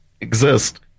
exist